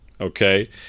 okay